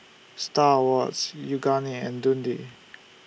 STAR Awards Yoogane and Dundee